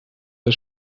der